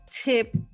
tip